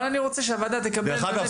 אבל אני רוצה שהוועדה תקבל באמת --- דרך אגב,